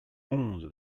onze